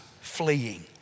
fleeing